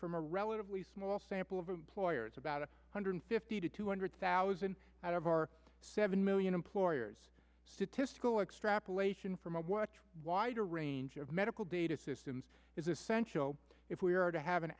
from a relatively small sample of employers about a hundred fifty to two hundred thousand out of our seven million employers statistical extrapolation from a wider range of medical data systems is essential if we are to have an